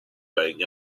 playing